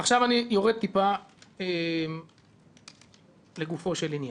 עכשיו אני יורד מעט לגופו של עניין.